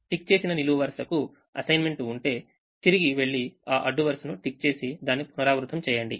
tick చేసిననిలువు వరుసకు assignment ఉంటే తిరిగి వెళ్లి ఆ అడ్డు వరుసను టిక్ చేసి దాన్ని పునరావృతం చేయండి